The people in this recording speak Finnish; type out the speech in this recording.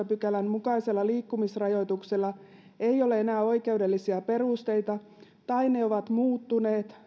pykälän mukaisella liikkumisrajoituksella ei ole enää oikeudellisia perusteita tai ne ovat muuttuneet